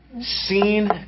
seen